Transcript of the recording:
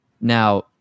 now